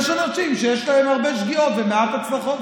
יש אנשים שיש להם הרבה שגיאות ומעט הצלחות.